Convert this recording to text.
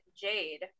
Jade